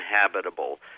habitable